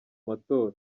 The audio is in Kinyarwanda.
matora